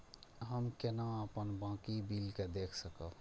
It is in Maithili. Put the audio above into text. हम केना अपन बाकी बिल के देख सकब?